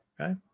okay